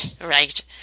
Right